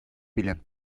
bile